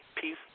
peace